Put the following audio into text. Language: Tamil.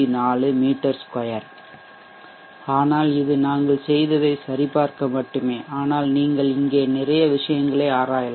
4 மீ 2 ஆனால் இது நாங்கள் செய்ததை சரிபார்க்க மட்டுமே ஆனால் நீங்கள் இங்கே நிறைய விஷயங்களை ஆராயலாம்